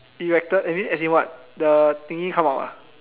erected I mean as in what the thingy come out ah